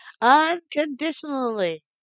unconditionally